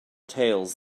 tales